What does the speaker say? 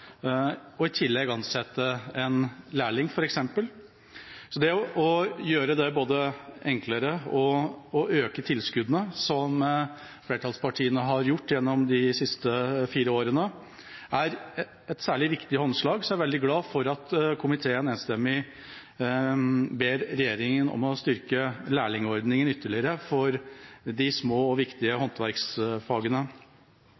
og i tillegg ansette en lærling, f.eks. Så det å gjøre det enklere og øke tilskuddene, som flertallspartiene har gjort gjennom de siste fire årene, er et særlig viktig håndslag. Så jeg er veldig glad for at komiteen enstemmig ber regjeringa om å styrke lærlingordningen ytterligere for de små og viktige